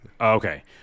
Okay